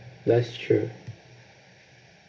that's true